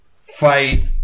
fight